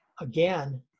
again